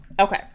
Okay